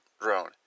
drone